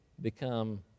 become